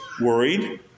worried